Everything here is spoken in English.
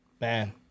Man